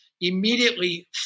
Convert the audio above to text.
immediately